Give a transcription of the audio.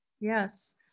Yes